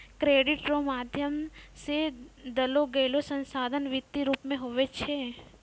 credit रो माध्यम से देलोगेलो संसाधन वित्तीय रूप मे हुवै छै